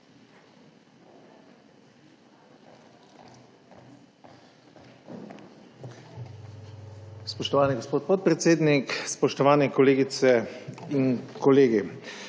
Spoštovani gospod podpredsednik, spoštovane kolegice in kolegi!